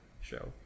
show